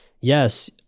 Yes